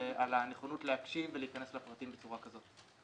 ועל הנכונות להקשיב ולהיכנס לפרטים בצורה כזאת.